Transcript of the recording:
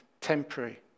temporary